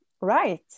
right